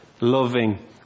loving